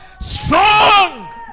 Strong